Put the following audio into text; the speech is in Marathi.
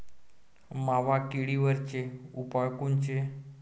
मावा किडीवरचे उपाव कोनचे?